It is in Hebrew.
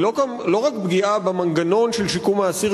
היא לא רק פגיעה במנגנון של שיקום האסיר,